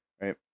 right